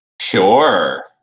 Sure